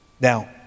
now